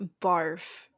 barf